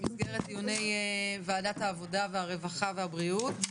אני פותחת את הישיבה הבוקר במסגרת דיוני ועדת העבודה והרווחה והבריאות.